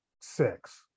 six